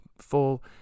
full